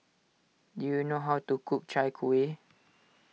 do you know how to cook Chai Kueh